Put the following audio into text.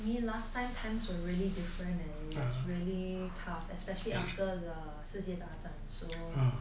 I mean last time times were really different and it was really tough especially after the 世界大战 so